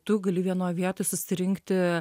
tu gali vienoj vietoj susirinkti